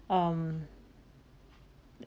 um